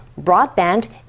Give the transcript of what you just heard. broadband